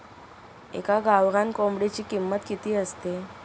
एका गावरान कोंबडीची किंमत किती असते?